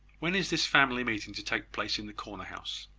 when is this family meeting to take place in the corner-house?